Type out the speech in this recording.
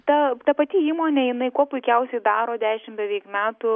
ta ta pati įmonė jinai kuo puikiausiai daro dešimt beveik metų